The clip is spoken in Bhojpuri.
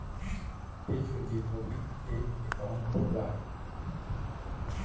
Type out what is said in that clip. फिक्स डिपोज़िट एक अकांउट होला